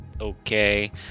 okay